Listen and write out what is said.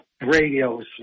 radios